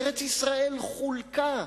ארץ-ישראל חולקה,